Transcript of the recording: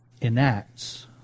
enacts